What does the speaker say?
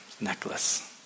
Necklace